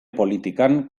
politikan